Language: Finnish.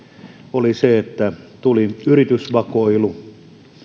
oli se että tuli yritysvakoilu